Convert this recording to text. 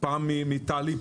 פעם מתל"י,